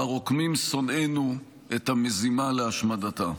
שבה רוקמים שונאינו את המזימה להשמדתה.